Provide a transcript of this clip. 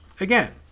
again